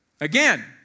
Again